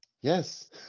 yes